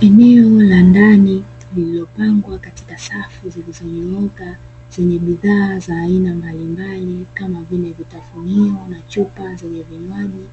Eneo la ndani lililopangwa katika safu zilizonyooka, zenye bidhaa za aina mbalimbali kama vile:vitafunio na chupa zenye vinywaji,